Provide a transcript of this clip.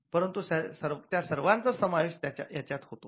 परंतु त्या सर्वांचा समावेश याच्यात होतो